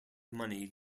money